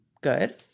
good